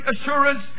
assurance